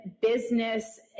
business